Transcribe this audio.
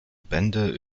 bände